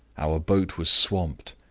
our boat was swamped,